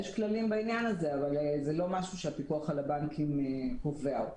יש כללים בעניין הזה אבל זה לא משהו שהפיקוח על הבנקים קובע אותו.